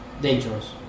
dangerous